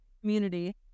Community